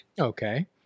Okay